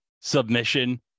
Submission